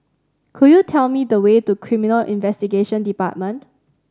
could you tell me the way to Criminal Investigation Department